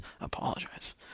apologize